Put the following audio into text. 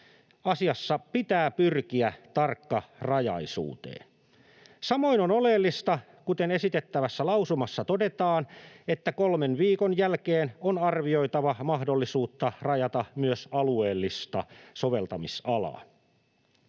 Asiassa pitää pyrkiä tarkkarajaisuuteen. Samoin on oleellista, kuten esitettävässä lausumassa todetaan, että kolmen viikon jälkeen on arvioitava mahdollisuutta rajata myös alueellista soveltamisalaa.